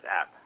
app